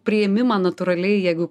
priėmimą natūraliai jeigu